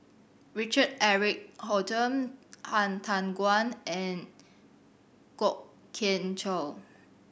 Richard Eric Holttum Han Tan Juan and Kwok Kian Chow